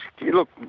look